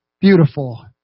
beautiful